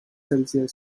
celsius